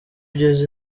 ugeze